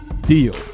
deal